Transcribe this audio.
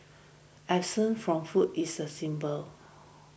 absence from food is a symbol